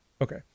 Okay